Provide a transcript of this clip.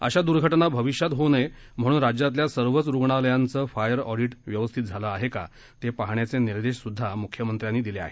अशा दुर्घटना भविष्यात होऊ नये म्हणून राज्यातल्या सर्वच रुग्णालयांचं फायर ऑडीट व्यवस्थित झालं आहे का ते पाहण्याचे निर्देश देखील म्ख्यमंत्र्यांनी दिले आहेत